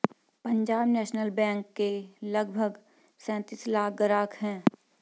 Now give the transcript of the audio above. Punjab national bank के लगभग सैंतीस लाख ग्राहक हैं